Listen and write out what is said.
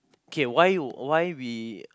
K why would why we